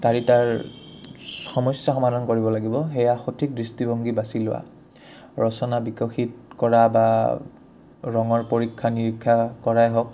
তাৰি তাৰ সমস্যা সমাধান কৰিব লাগিব সেয়া সঠিক দৃষ্টিভংগী বাচি লোৱা ৰচনা বিকশিত কৰা বা ৰঙৰ পৰীক্ষা নিৰীক্ষা কৰাই হওক